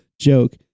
joke